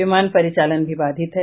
विमान परिचालन भी बाधित है